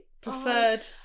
preferred